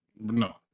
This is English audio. no